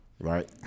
right